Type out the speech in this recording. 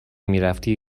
میرفتی